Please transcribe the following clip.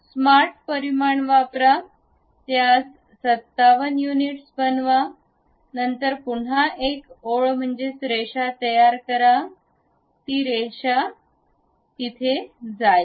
smart परिमाण वापरा त्यास 75 युनिट्स बनवा नंतर पुन्हा एक ओळ तयार करा ती रेखा तिथे जाईल